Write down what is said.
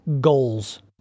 GOALS